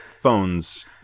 phones